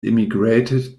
immigrated